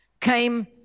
came